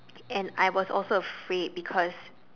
and I was also afraid because